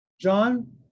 John